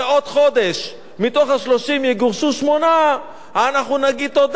חודש מתוך ה-30 יגורשו שמונה אנחנו נגיד תודה.